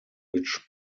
which